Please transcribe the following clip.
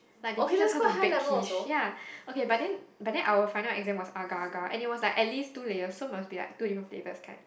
like they teach us how bake Quiche ya okay but then but then our final exam was agar-agar and it was like at least two layers so must be like two different flavor kind